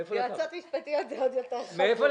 במחלקה הכלכלית שלנו.